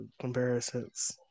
comparisons